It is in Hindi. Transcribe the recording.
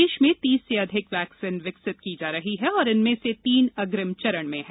देश में तीस से अधिक वैक्सीन विकसित की जा रही है और इनमें से तीन अग्रिम चरण में है